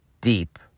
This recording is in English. deep